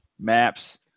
maps